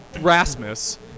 Rasmus